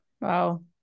Wow